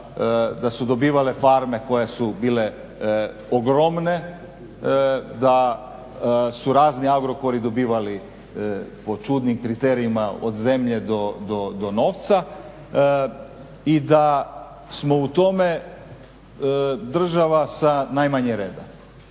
da su dobivale farme koje su bile ogromne, da su razni agrokori dobivali po čudnim kriterijima od zemlje do novca i da smo u tome država sa najmanje reda.